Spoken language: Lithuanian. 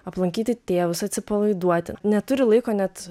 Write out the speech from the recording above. aplankyti tėvus atsipalaiduoti neturi laiko net